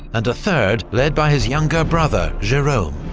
and a third led by his younger brother jerome,